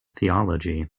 theology